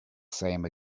same